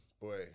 Boy